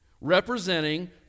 representing